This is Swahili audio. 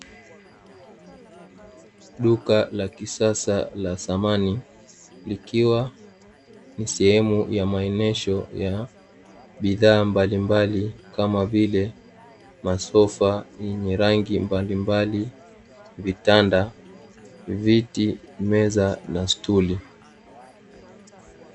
Duka la kisasa la samani likiwa ni sehemu ya maonesho ya bidhaa mbalimbali kama vile masofa yenye rangi mbalimbali, vitanda, viti, meza la sturi.